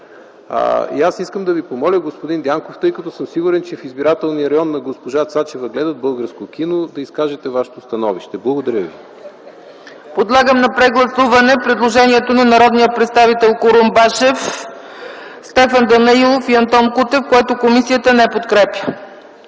Аз искам да Ви помоля, господин Дянков, тъй като съм сигурен, че в избирателния район на госпожа Цачева гледат българско кино, да изкажете Вашето становище. Благодаря ви. ПРЕДСЕДАТЕЛ ЦЕЦКА ЦАЧЕВА: Подлагам на прегласуване предложението на народните представители Петър Курумбашев, Стефан Данаилов и Антон Кутев, което комисията не подкрепя.